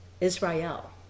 Israel